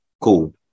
Cool